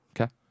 Okay